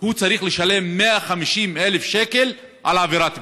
הוא צריך לשלם 150,000 שקל על עבירת בנייה.